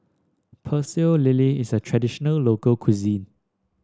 Pecel Lele is a traditional local cuisine